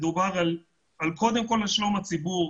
מדובר קודם כל על שלום הציבור.